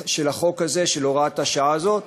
החוק הזה, של הוראת השעה הזאת.